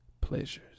pleasures